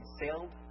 sailed